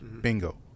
Bingo